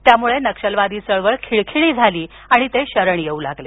त्यामुळे नक्षली चळवळ खिळखिळी झाली आणि ते शरण येऊ लागले